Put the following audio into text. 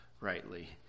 rightly